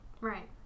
Right